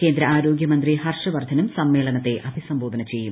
കേന്ദ്ര ആരോഗ്യമന്ത്രി ഹർഷവർദ്ധനും സമ്മേളനത്തെ അഭിസ്ക്കുബ്ബോധന ചെയ്യും